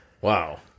Wow